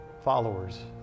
followers